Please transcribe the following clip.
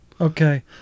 Okay